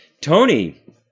Tony